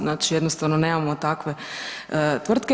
Znači jednostavno nemamo takve tvrtke.